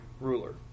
ruler